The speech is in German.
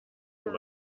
aber